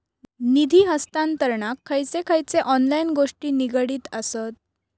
निधी हस्तांतरणाक खयचे खयचे ऑनलाइन गोष्टी निगडीत आसत?